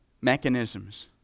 mechanisms